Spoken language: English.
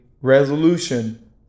resolution